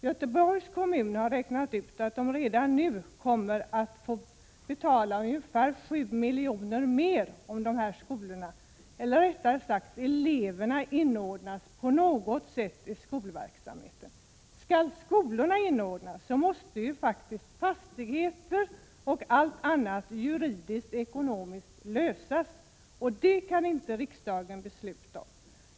Göteborgs kommun har räknat ut att kommunen redan nu kommer att få betala ungefär 7 milj.kr. mer om skolorna på något sätt — eller rättare sagt eleverna — inordnas i skolverksamheten. Skall skolorna inordnas måste faktiskt fastigheter och allt annat juridiskt-ekonomiskt lösas, och det kan inte riksdagen besluta om.